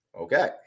Okay